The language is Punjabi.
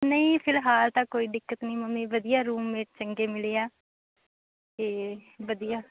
ਨਹੀਂ ਫਿਲਹਾਲ ਤਾਂ ਕੋਈ ਦਿੱਕਤ ਨਹੀਂ ਮੰਮੀ ਵਧੀਆ ਰੂਮਮੇਟ ਚੰਗੇ ਮਿਲੇ ਆ ਅਤੇ ਵਧੀਆ